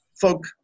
folk